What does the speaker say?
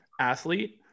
athlete